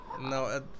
No